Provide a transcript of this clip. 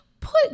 put